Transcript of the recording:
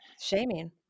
Shaming